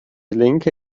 linke